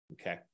okay